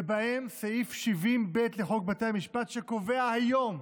ובהם סעיף 70(ב) לחוק בתי המשפט, שקובע היום: